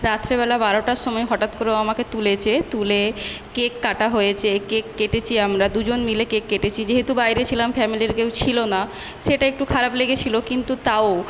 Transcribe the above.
রাত্রেবেলা বারোটার সময় হঠাৎ করে ও আমাকে তুলেছে তুলে কেক কাটা হয়েছে কেক কেটেছি আমরা দুজন মিলে কেক কেটেছি যেহেতু বাইরে ছিলাম ফ্যামিলির কেউ ছিল না সেটা একটু খারাপ লেগেছিল কিন্তু তাও